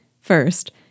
First